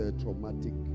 traumatic